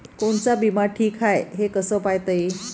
कोनचा बिमा ठीक हाय, हे कस पायता येईन?